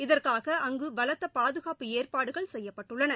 இதற்காக அங்கு பலத்த பாதுகாப்பு ஏற்பாடுகள் செய்யப்பட்டுள்ளன